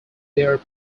their